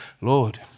Lord